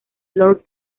lord